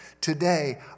Today